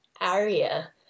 area